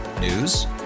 News